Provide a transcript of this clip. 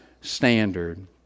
standard